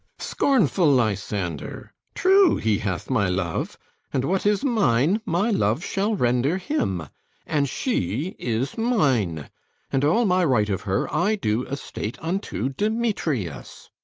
scornful lysander, true, he hath my love and what is mine my love shall render him and she is mine and all my right of her i do estate unto demetrius.